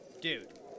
Dude